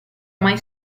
mai